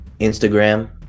Instagram